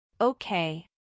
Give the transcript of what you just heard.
Okay